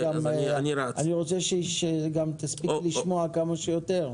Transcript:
אני רוצה שתספיק לשמוע כמה שיותר.